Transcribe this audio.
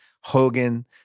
Hogan